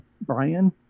Brian